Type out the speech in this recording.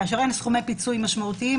כאשר אין סכומי פיצוי משמעותיים,